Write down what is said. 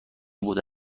بوده